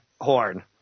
horn